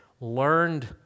learned